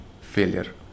failure